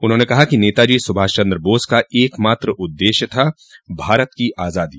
उन्होंने कहा कि नेताजी सूभाष चन्द्र बोस का एक मात्र उद्देश्य था भारत की आजादी